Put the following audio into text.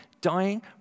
Dying